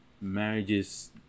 marriages